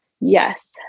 yes